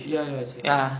ya ya it's him